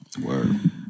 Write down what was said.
Word